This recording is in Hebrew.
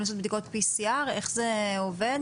לעשות בדיקות pcr או איך שזה עובד?